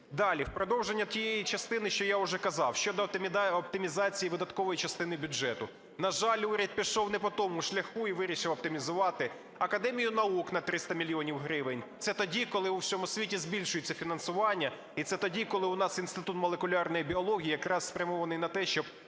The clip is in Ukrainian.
Далі, в продовження тієї частини, що я вже казав: щодо оптимізації видаткової частини бюджету. На жаль, уряд пішов не по тому шляху і вирішив оптимізувати Академію наук на 300 мільйонів гривень. Це тоді, коли у всьому світі збільшується фінансування, і це тоді, коли в нас інститут молекулярної біології якраз спрямований на те, щоб